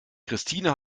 christine